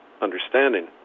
understanding